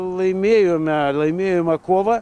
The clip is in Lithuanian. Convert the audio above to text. laimėjome laimėjome kovą